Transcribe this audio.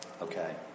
Okay